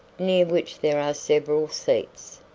near which there are several seats.